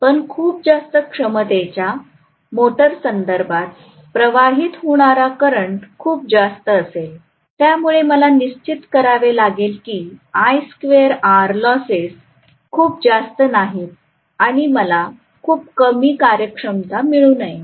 पण खूप जास्त क्षमतेच्या मोटरसंदर्भात प्रवाहित होणारा करंट खूप जास्त असेल त्यामुळे मला निश्चित करावे लागेल की लॉसेस खूप जास्त नाहीत आणि मला खूप कमी कार्यक्षमता मिळू नये